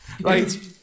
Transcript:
Right